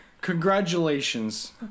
Congratulations